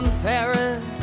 Paris